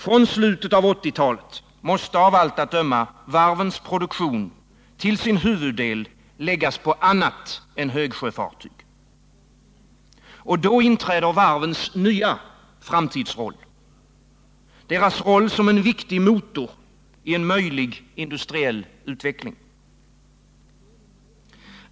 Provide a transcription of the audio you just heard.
Från slutet av 1980-talet måste av allt att döma varvens produktion till sin huvuddel läggas på annat än högsjöfartyg. Och då inträder varvens nya framtidsroll — deras roll som en viktig motor i en möjlig industriell utveckling.